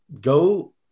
go